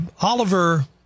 Oliver